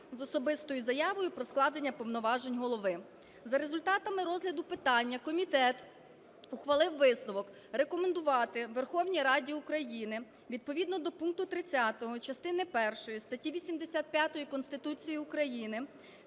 з особистою заявою про складення повноважень голови. За результатами розгляду питання комітет ухвалив висновок рекомендувати Верховній Раді України відповідно до пункту 30 частини першої статті 85 Конституції України,